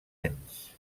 anys